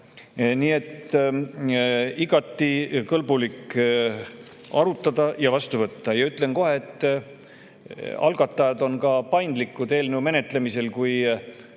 Nii et igati kõlbulik arutada ja vastu võtta. Ütlen kohe, et algatajad on paindlikud eelnõu menetlemisel, kui